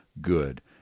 good